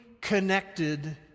connected